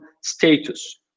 status